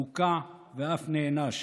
מוקע ואף נענש,